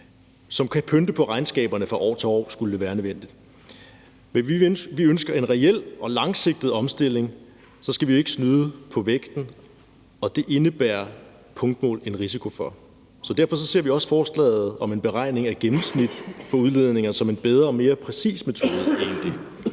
som kan pynte på regnskaberne fra år til år, skulle det være nødvendigt. Men vi ønsker en reel og langsigtet omstilling, og så skal vi jo ikke snyde på vægten, og det indebærer punktmål en risiko for. Så derfor ser vi egentlig også forslaget om en beregning af et gennemsnit for udledninger som en bedre og mere præcis metode.